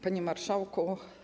Panie Marszałku!